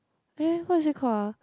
eh what is it called ah